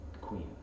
Queen